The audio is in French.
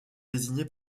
désignés